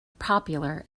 popular